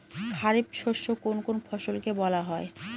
খারিফ শস্য কোন কোন ফসলকে বলা হয়?